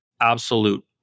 absolute